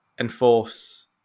enforce